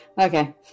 Okay